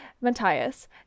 Matthias